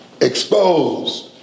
exposed